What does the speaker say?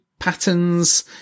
patterns